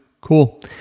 cool